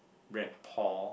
rapport